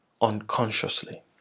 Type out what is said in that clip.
unconsciously